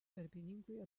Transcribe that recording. darbininkų